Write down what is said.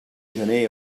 gener